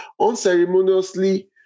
unceremoniously